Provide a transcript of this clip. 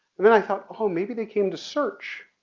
and then i thought, oh, maybe they came to search.